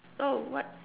oh what